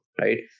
right